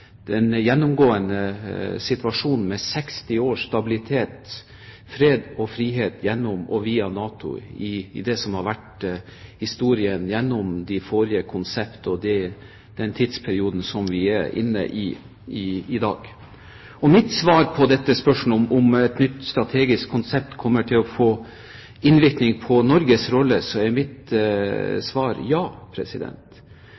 Det har gjennomgående vært en situasjon med 60 års stabilitet, fred og frihet gjennom og via NATO – i det som har vært historien gjennom det forrige konseptet og den tidsperioden som vi er inne i i dag. Mitt svar på spørsmålet om et nytt strategisk konsept kommer til å få innvirkning på Norges rolle, er ja. For vi kan gjerne diskutere de utfordringene som NATO er